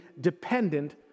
dependent